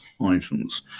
items